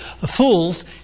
fools